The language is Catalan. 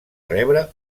rebre